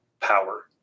power